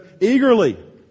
eagerly